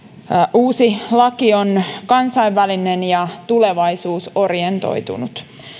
uusi laki on kansainvälinen ja tulevaisuusorientoitunut